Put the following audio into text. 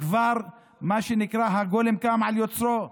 מה שנקרא, הגולם קם על יוצרו.